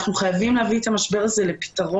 אנחנו חייבים להביא את המשבר הזה לפתרון.